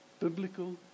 biblical